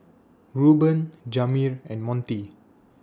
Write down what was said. Reuben Jamir and Montie